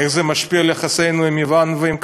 איך זה משפיע על יחסינו עם יוון ועם קפריסין,